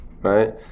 right